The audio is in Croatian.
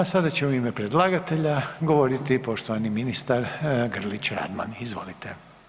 A sada će u ime predlagatelja govoriti poštovani ministar Grlić Radman, izvolite.